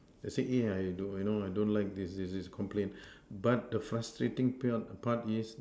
I say eh I don't you know I don't like this this complain but the frustrating pa~ part is